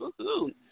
Woohoo